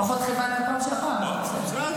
פחות כיבדנו פעם שעברה --- בסדר,